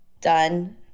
done